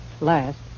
last